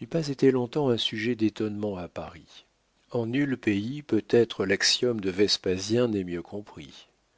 n'eût pas été long-temps un sujet d'étonnement à paris en nul pays peut-être l'axiome de vespasien n'est mieux compris